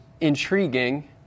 intriguing